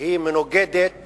היא מנוגדת